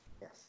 Yes